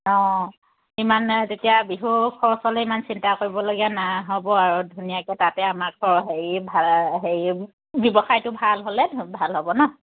অঁ ইমানে তেতিয়া বিহু খৰচলে ইমান চিন্তা কৰিবলগীয়া নাই হ'ব আৰু ধুনীয়াকে তাতে আমাক হেৰি হেৰি ব্যৱসায়টো ভাল হ'লে ভাল হ'ব ন